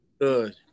Good